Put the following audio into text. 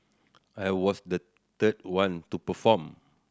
I was the third one to perform